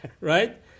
right